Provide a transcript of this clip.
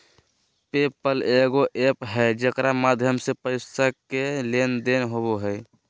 पे पल एगो एप्प है जेकर माध्यम से पैसा के लेन देन होवो हय